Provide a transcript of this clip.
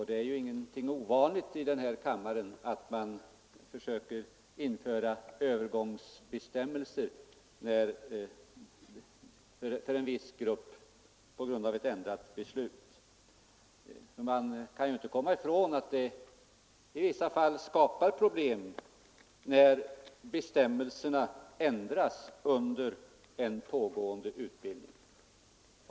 Det är ju inte ovanligt att vi här i kammaren fattar beslut om övergångsbestämmelser på grund av beslut om ändrade regler; man kan inte komma ifrån att det i vissa fall skapar problem när bestämmelserna ändras under pågående utbildning.